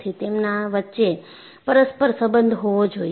તેમના વચ્ચે પરસ્પર સંબંધ હોવો જોઈએ